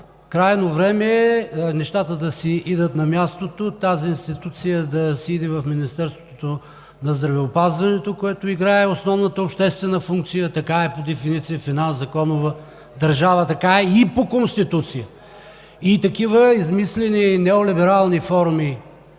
Крайно време е нещата да си идат на мястото – тази институция да си отиде в Министерството на здравеопазването, което играе основната обществена функция. Така е по дефиниция в една законова държава, така е и по Конституция. И такива измислени и неолиберални форуми,